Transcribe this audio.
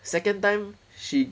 second time she